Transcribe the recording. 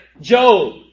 Job